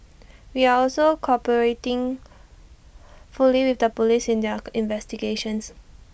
we are also cooperating fully with the Police in their investigations